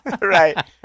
Right